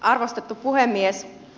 arvostettu puhemies